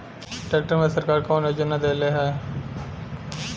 Tractor मे सरकार कवन योजना देले हैं?